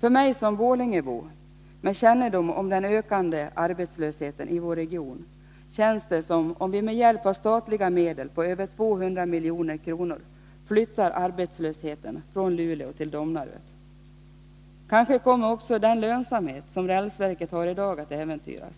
För mig som borlängebo — med kännedom om den ökande arbetslösheten i vår region — känns det som om vi med hjälp av statliga medel på över 200 milj.kr. flyttar arbetslösheten från Luleå till Domnarvet. Kanske kommer också den lönsamhet som rälsverket har i dag att äventyras.